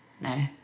No